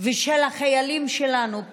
ושל החיילים שלנו.